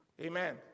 Amen